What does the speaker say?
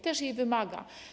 Też jej wymaga.